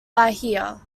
bahia